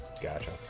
Gotcha